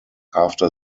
after